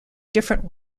different